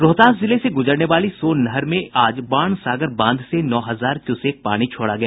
रोहतास जिले से गुजरने वाली सोन नहर में आज बाणसागर बांध से नौ हजार क्यूसेक पानी छोड़ा गया